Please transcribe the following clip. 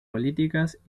políticas